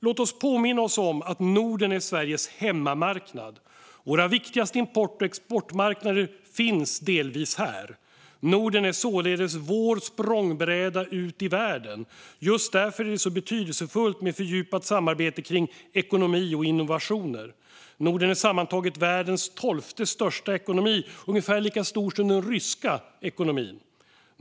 Låt oss påminna oss om att Norden är Sveriges hemmamarknad. Våra viktigaste import och exportmarknader finns delvis här. Norden är således vår språngbräda ut i världen. Just därför är det så betydelsefullt med fördjupat samarbete kring ekonomi och innovationer. Norden är sammantaget världens tolfte största ekonomi och ungefär lika stor som den ryska ekonomin.